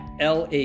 LA